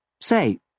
Say